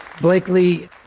Blakely